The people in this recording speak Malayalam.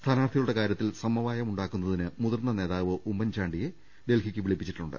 സ്ഥാനാർഥികളുടെ കാര്യത്തിൽ സമവായം ഉണ്ടാക്കുന്നതിന് മുതിർന്ന നേതാവ് ഉമ്മൻചാണ്ടിയെ ഡൽഹിക്ക് വിളിപ്പിച്ചിട്ടുണ്ട്